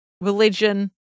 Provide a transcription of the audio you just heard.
religion